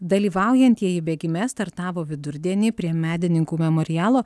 dalyvaujantieji bėgime startavo vidurdienį prie medininkų memorialo